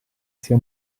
sia